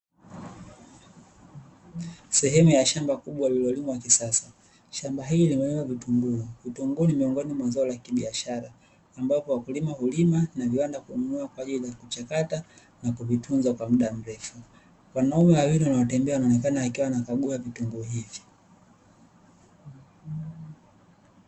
Sehemu ya shamba kubwa lililolimwa kisasa, shamba hili limelimwa vitunguu. Vitunguu ni miongoni mwa zao la kibiashara, ambapo wakulima hulima na viwanda hununua kwa ajili ya kuchakata na kuvitunza kwa muda mrefu. Wanaume wawili wanaotembea wanaonekana wakiwa wanakagua vitunguu hivi.